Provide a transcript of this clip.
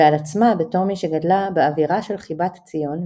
ועל עצמה בתור מי שגדלה "באווירה של חיבת ציון,